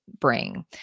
bring